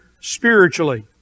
spiritually